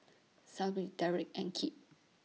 Syble Dereck and Kipp